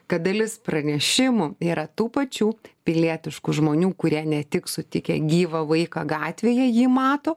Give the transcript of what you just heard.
kad dalis pranešimų yra tų pačių pilietiškų žmonių kurie ne tik sutikę gyvą vaiką gatvėje jį mato